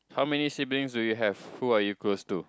how many siblings do you have who are you close to